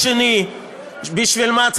הרי העובדות לא מעניינות אותך,